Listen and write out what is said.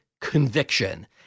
conviction